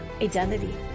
identity